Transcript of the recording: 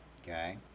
Okay